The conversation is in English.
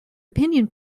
opinion